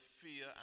fear